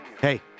Hey